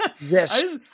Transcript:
Yes